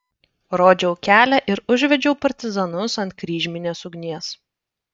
rodžiau kelią ir užvedžiau partizanus ant kryžminės ugnies